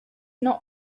not